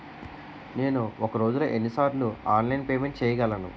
నేను ఒక రోజులో ఎన్ని సార్లు ఆన్లైన్ పేమెంట్ చేయగలను?